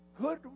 good